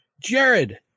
jared